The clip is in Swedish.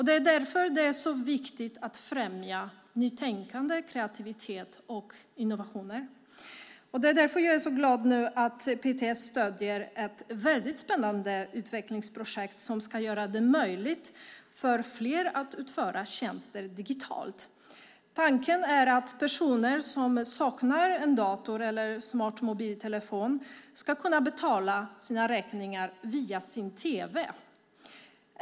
Det är därför det är så viktigt att främja nytänkande, kreativitet och innovationer. Därför är jag nu glad att PTS stöder ett väldigt spännande utvecklingsprojekt som ska göra det möjligt för fler att utföra tjänster digitalt. Tanken är att personer som saknar dator eller smart mobiltelefon ska kunna betala räkningar via sin tv.